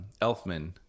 Elfman